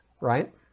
right